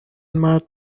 مرد